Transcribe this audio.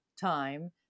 time